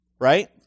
right